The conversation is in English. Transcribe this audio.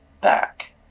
back